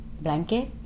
blanket